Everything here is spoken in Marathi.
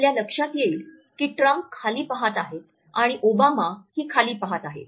आपल्या लक्षात येईल की ट्रम्प खाली पहात आहेत आणि ओबामा खाली पाहत आहेत